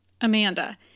Amanda